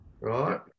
right